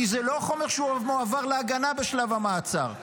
כי זה לא חומר שמועבר להגנה בשלב המעצר,